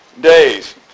days